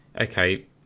okay